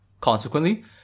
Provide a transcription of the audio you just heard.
Consequently